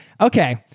okay